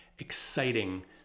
exciting